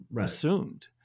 assumed